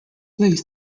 lays